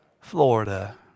Florida